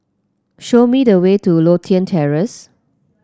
show me the way to Lothian Terrace